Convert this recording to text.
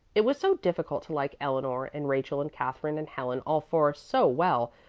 it was so difficult to like eleanor and rachel and katherine and helen, all four, so well,